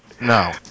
No